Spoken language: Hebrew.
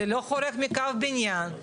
זה לא חורג מקו בניין,